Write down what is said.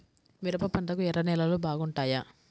మిరప పంటకు ఎర్ర నేలలు బాగుంటాయా?